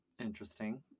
Interesting